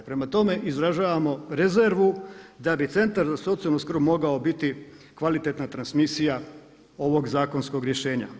Prema tome, izražavamo rezervu da bi centar za socijalnu skrb mogao biti kvalitetna transmisija ovog zakonskog rješenja.